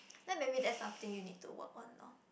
then maybe that's something you need to work on lor